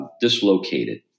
dislocated